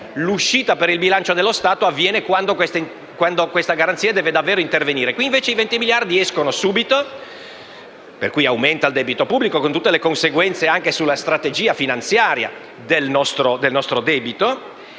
l'uscita per il bilancio dello Stato avviene quando questa garanzia deve davvero intervenire. Qui, invece, i 20 miliardi escono subito, e quindi aumenta il debito pubblico con tutte le conseguenze anche sulla strategia finanziaria del nostro debito,